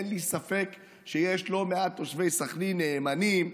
אין לי ספק שיש לא מעט תושבי סח'נין נאמנים,